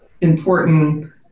important